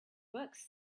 books